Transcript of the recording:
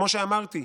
כמו שאמרתי,